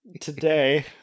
today